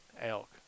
elk